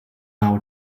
hour